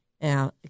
Now